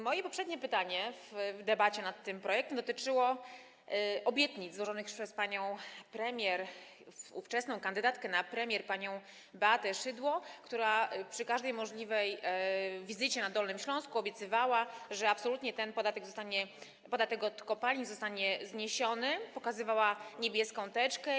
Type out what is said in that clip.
Moje poprzednie pytanie w debacie nad tym projektem dotyczyło obietnic złożonych przez panią premier, ówczesną kandydatkę na premier panią Beatę Szydło, która przy każdej możliwej wizycie na Dolnym Śląsku obiecywała, że absolutnie ten podatek od kopalin zostanie zniesiony, pokazywała niebieską teczkę.